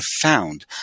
profound